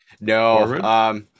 No